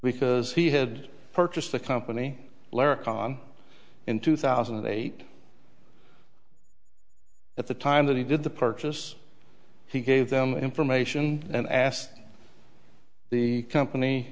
because he had purchased the company lurk on in two thousand and eight at the time that he did the purchase he gave them information and asked the